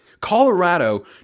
Colorado